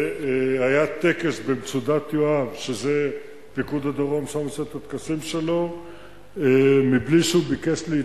והיה טקס ב"מצודת יואב" פיקוד הדרום עושה שם את הטקסים שלו,